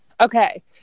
Okay